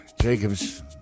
Jacob's